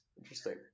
Interesting